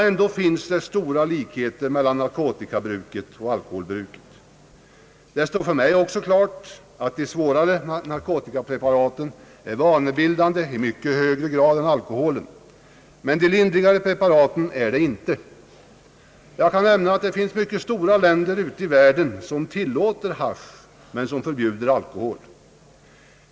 Ändå finns det stora likheter mellan narkotikabruket och alkoholbruket. Det står för mig också klart att de narkotikapreparat som ger svåra verkningar är vanebildande i mycket högre grad än alkoholen, men andra narkotikapreparat är det inte. Jag kan nämna att många stora länder i världen tillåter haschisch men förbjuder alkohol.